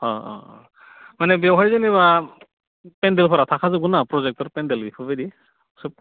अह अह अह माने बेवहाय जेनेबा पेनदेलफोरा थाखाजोबगोन ना प्रजेक्टफोर पेनदेल बेफोरबादि